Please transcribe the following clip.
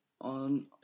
on